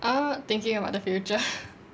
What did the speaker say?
err thinking about the future